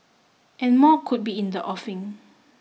and more could be in the offing